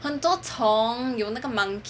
很多虫有那个 monkey